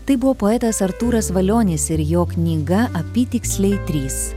tai buvo poetas artūras valionis ir jo knyga apytiksliai trys